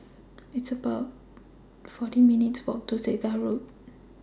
It's about forty minutes' Walk to Segar Road